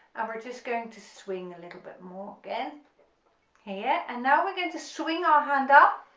we're just going to swing a little bit more again here and now we're going to swing our hand up,